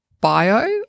bio